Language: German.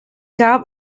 gab